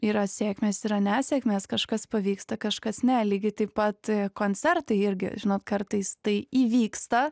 yra sėkmės yra nesėkmės kažkas pavyksta kažkas ne lygiai taip pat koncertai irgi žinot kartais tai įvyksta